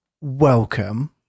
welcome